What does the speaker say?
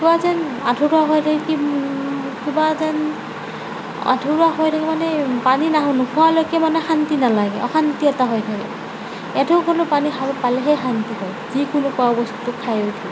কিবা যেন আধৰুৱা হৈ থাকে কিবা যেন আধৰুৱা হৈ থাকে মানে পানী নাখা নোখোৱালৈকে মানে শান্তি নেলাগে অশান্তি এটা হৈ থাকে এঢোক হ'লেও পানী খাব পালেহে শান্তি হয় যিকোনো খোৱা বস্তু খাই উঠি